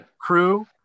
crew